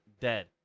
dead